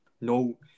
No